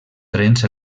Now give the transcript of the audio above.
trens